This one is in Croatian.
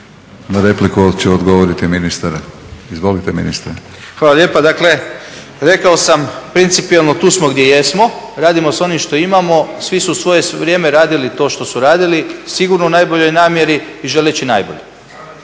Na repliku će odgovoriti ministar. Izvolite ministre. **Miljenić, Orsat** Hvala lijepa. Rekao sam principijelno tu smo gdje jesmo, radimo s onim što imamo. Svi su u svoje vrijeme radili to što su radili, sigurno u najboljoj namjeri i želeći najbolje.